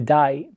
die